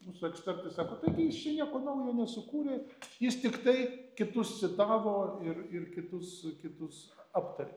mūsų ekspertai sako tai gi jis čia nieko naujo nesukūrė jis tiktai kitus citavo ir ir kitus kitus aptarė